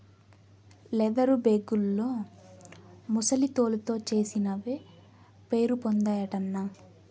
leather బేగుల్లో ముసలి తోలుతో చేసినవే పేరుపొందాయటన్నా